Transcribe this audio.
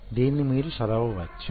దీన్ని మీరు చదవవచ్చు